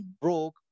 broke